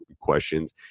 questions